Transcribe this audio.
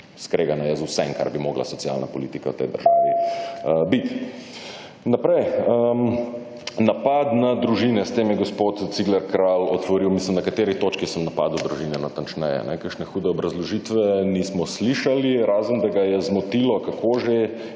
Skregano je z vsem kar bi mogla socialna politika v tej državi biti. Naprej, napad na družine, s tem je gospod Cigler Kralj otvoril, mislim na kateri točki sem napadel družine natančneje. Kakšne hude obrazložitve nismo slišali, razen da ga je zmotilo – kako že